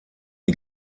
die